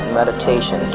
meditation